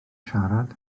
siarad